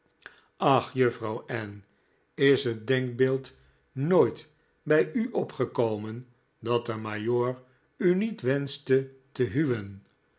ach juffrouw ann is het denkbeeld nooit bij u opgekomen dat de majoor u niet wenschte te huwen